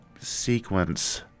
sequence